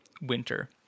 winter